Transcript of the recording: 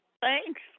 thanks